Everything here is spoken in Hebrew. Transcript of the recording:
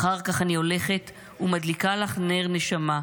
אחר כך אני הולכת ומדליקה לך נר נשמה,